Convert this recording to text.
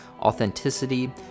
authenticity